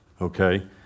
okay